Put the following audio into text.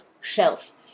shelf